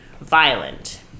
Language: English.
violent